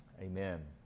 Amen